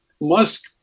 Musk